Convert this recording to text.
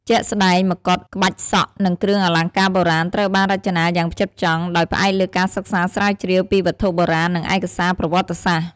ជាក់ស្តែង មកុដ ក្បាច់សក់ និង គ្រឿងអលង្ការបុរាណ ត្រូវបាន រចនាយ៉ាងផ្ចិតផ្ចង់ ដោយផ្អែកលើការសិក្សាស្រាវជ្រាវពីវត្ថុបុរាណ និងឯកសារប្រវត្តិសាស្ត្រ។